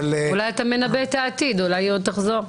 אולי אתה מנבא את העתיד, אולי היא עוד תחזור.